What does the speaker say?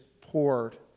poured